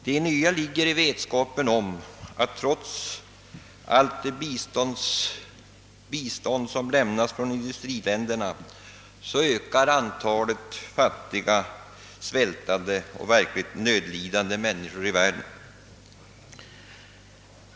Det nya ligger i vetskapen om att trots allt det bistånd som lämnas från industriländerna ökar antalet fattiga, svältande och verkligt nödlidande människor i världen.